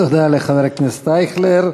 תודה לחבר הכנסת אייכלר.